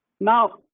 Now